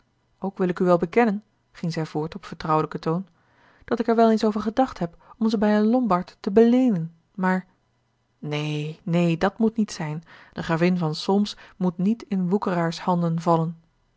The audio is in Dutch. ook wil ik u wel bekennen ging zij voort op vertrouwelijken toon dat ik er wel eens over gedacht heb om ze bij een lombard te beleenen maar neen neen dat moet niet zijn de gravin van solms moet niet in woekeraars handen vallen